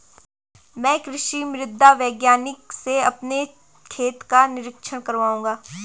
मैं कृषि मृदा वैज्ञानिक से अपने खेत का निरीक्षण कराऊंगा